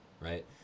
right